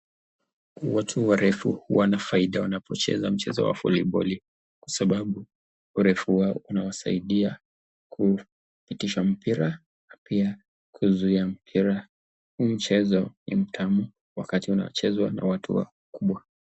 Watu warefu wanafaida wanapocheza mchezo wa voliboli kwa sababu urefu wao unawasaidia kupitisha mpira na pia kuzuia mpira, huu mchezo ni mtamu wakati unachezwa na watu wakubwa.